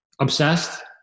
obsessed